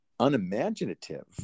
unimaginative